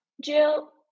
Jill